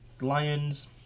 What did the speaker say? Lions